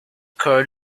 court